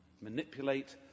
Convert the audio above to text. manipulate